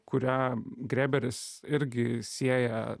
kurią greberis irgi sieja